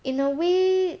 in a way